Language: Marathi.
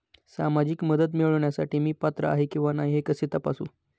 सामाजिक मदत मिळविण्यासाठी मी पात्र आहे किंवा नाही हे कसे तपासू?